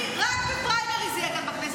אני רק בפריימריז אהיה כאן בכנסת.